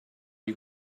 you